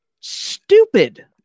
stupid